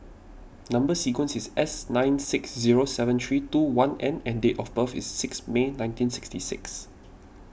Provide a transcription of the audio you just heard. Number Sequence is S nine six zero seven three two one N and date of birth is six May nineteen sixty six